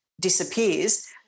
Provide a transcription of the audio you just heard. disappears